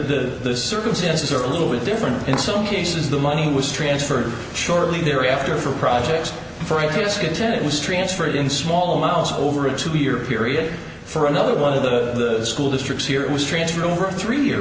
error the circumstances are a little bit different in some cases the money was transferred shortly thereafter for projects for itis content it was transferred in small amounts over a two year period for another one of the school districts here it was transferred over a three year